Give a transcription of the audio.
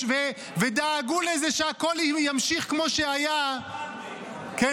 ודאגו לזה שהכול ימשיך כמו שהיה --- לא הבנתי.